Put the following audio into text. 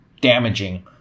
damaging